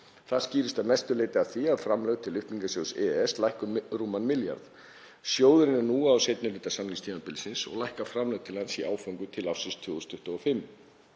Það skýrist að mestu leyti af því að framlög til uppbyggingarsjóðs EES lækka um rúman milljarð. Sjóðurinn er nú á seinni hluta samningstímabilsins og lækka framlög til hans í áföngum til ársins 2025.